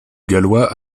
gallois